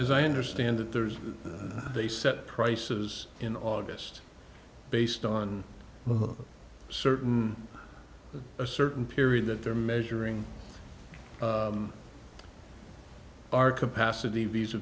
is i understand that there's a set prices in august based on certain a certain period that they're measuring our capacity visa